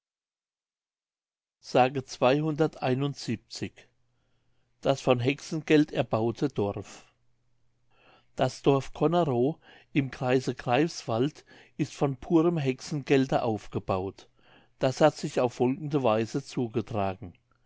das von hexengeld erbaute dorf das dorf connerow im kreise greifswald ist von purem hexengelde aufgebaut das hat sich auf folgende weise zugetragen